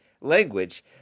language